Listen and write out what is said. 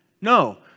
No